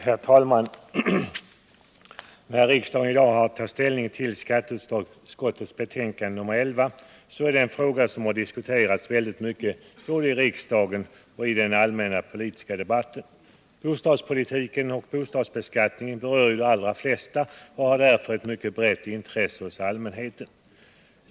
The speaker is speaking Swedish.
Herr talman! När riksdagen i dag har att ta ställning till skatteutskottets betänkande nr 11, gäller det en fråga som diskuterats väldigt mycket både i riksdagen och i den allmänna politiska debatten. Bostadspolitiken och bostadsbeskattningen berör ju de allra flesta och har därför mycket brett intresse hos allmänheten.